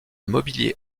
mobilier